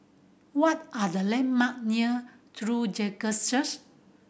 what are the landmark near True Jesus Church